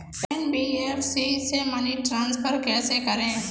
NBFC से money transfer कैसे करें?